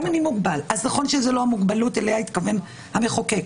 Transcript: אז נכון שזאת לא המוגבלות שהתכוון לה המחוקק.